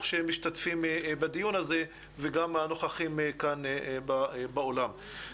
שמשתתפים בדיון הזה וגם נוכחים כאן באולם.